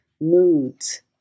moods